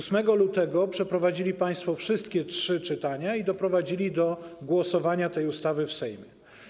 8 lutego przeprowadzili państwo wszystkie trzy czytania i doprowadzili do głosowania nad tą ustawą w Sejmie.